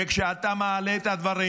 וכשאתה מעלה את הדברים,